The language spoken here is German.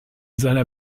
seiner